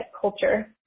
culture